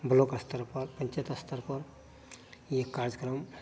block स्तर पर पन्चायत स्तर पर एक कार्यक्रम